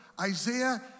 Isaiah